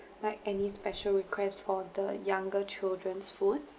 like any special requests for the younger children's food